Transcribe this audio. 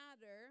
matter